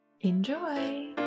enjoy